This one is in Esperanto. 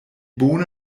bone